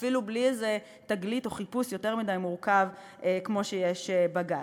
אפילו בלי איזו תגלית או חיפוש יותר מדי מורכב כמו שיש בגז.